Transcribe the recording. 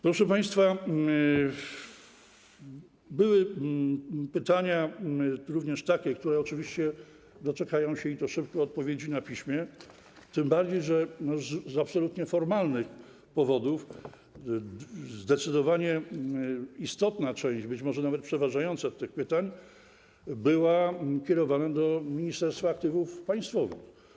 Proszę państwa, były również takie pytania, które doczekają się, i to szybko, odpowiedzi na piśmie, tym bardziej że z absolutnie formalnych powodów zdecydowanie istotna część, być może nawet przeważająca, tych pytań była kierowana do Ministerstwa Aktywów Państwowych.